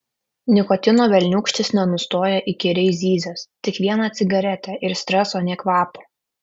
nikotino velniūkštis nenustoja įkyriai zyzęs tik viena cigaretė ir streso nė kvapo